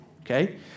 okay